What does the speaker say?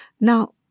Now